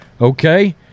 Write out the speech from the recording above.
Okay